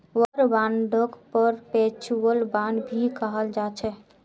war बांडक perpetual bond भी कहाल जाछे